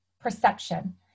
perception